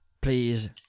please